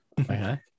Okay